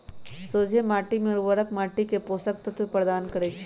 सोझें माटी में उर्वरक माटी के पोषक तत्व प्रदान करै छइ